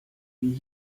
wie